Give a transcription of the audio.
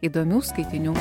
įdomių skaitinių